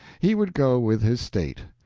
he would go with his state.